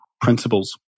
principles